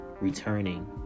returning